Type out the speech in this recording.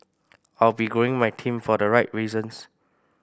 I'll be growing my team for the right reasons